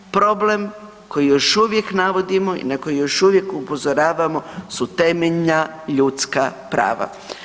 Problem koji još uvijek navodimo i na koji još uvijek upozoravamo su temeljna ljudska prava.